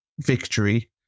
victory